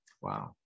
Wow